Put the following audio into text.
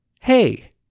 hey